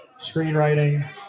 screenwriting